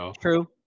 True